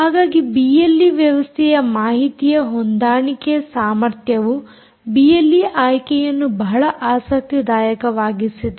ಹಾಗಾಗಿ ಬಿಎಲ್ಈ ವ್ಯವಸ್ಥೆಯ ಮಾಹಿತಿಯ ಹೊಂದಾಣಿಕೆ ಸಾಮರ್ಥ್ಯವು ಬಿಎಲ್ಈ ಆಯ್ಕೆಯನ್ನು ಬಹಳ ಆಸಕ್ತಿದಾಯಕವಾಗಿಸಿದೆ